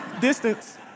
Distance